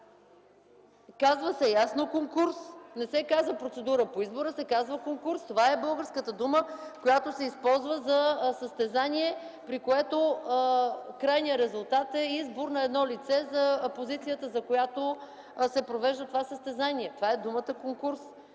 казва се ясно „конкурс”. Не се казва „процедура по избор”, а се казва „конкурс”. Това е българската дума, която се използва за състезание, при което крайният резултат е избор на едно лице за позицията, за която се провежда това състезание. Това е думата – конкурс.